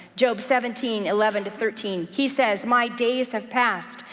job seventeen, eleven to thirteen, he says my days have passed.